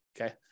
Okay